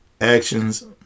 actions